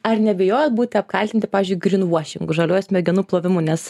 ar nebijojot būti apkaltinti pavyzdžiui gryn vašingu žaliuoju smegenų plovimu nes